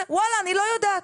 ואללה אני לא יודעת,